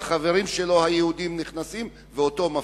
והחברים היהודים שלו נכנסים ואותו מפשיטים.